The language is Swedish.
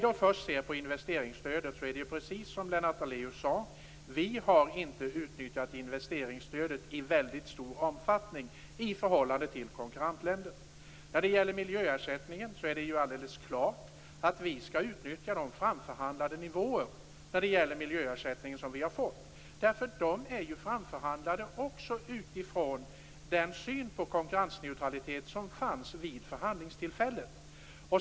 Daléus sade har vi inte utnyttjat investeringsstödet i så väldigt stor omfattning i förhållande till konkurrentländerna. När det gäller miljöersättningen är det ju alldeles klart att vi skall utnyttja de framförhandlade nivåerna, därför att de är ju framförhandlade utifrån den syn på konkurrensneutralitet som fanns vid förhandlingstillfället.